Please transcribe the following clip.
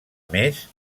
més